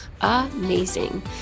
amazing